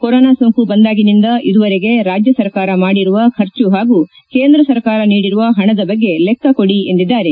corona ಸೋಂಕು ಬಂದಾಗಿನಿಂದ ಇದುವರೆಗೆ ರಾಜ್ಯ ಸರ್ಕಾರ ಮಾಡಿರುವ ಖರ್ಚು ಹಾಗೂ ಕೇಂದ್ರ ಸರ್ಕಾರ ನೀಡಿರುವ ಹಣದ ಬಗ್ಗೆ ಲೆಕ್ಕ ಕೊಡಿ ಎಂದಿದ್ದಾರೆ